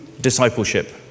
discipleship